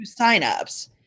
Signups